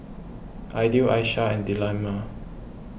Aidil Aishah and Delima